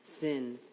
sin